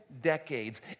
decades